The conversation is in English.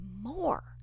more